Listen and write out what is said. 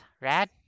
Rad